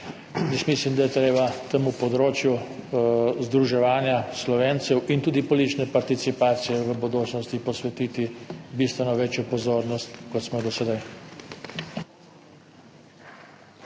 mislim, da je treba temu področju združevanja Slovencev in tudi politične participacije v bodočnosti posvetiti bistveno večjo pozornost, kot smo jo do